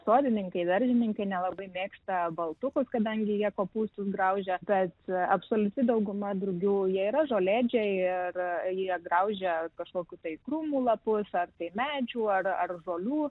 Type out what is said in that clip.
sodininkai daržininkai nelabai mėgsta baltukus kadangi jie kopūstus graužia kad absoliuti dauguma drugių jie yra žolėdžiai ir jie graužia kažkokius tai krūmų lapus ar tai medžių ar žolių